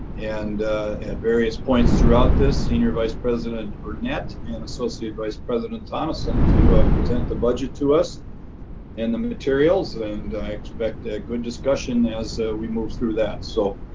and at various points throughout this, senior vice president burnett and associate vice president tonneson to present the budget to us and the materials and expect a good discussion as we move through that so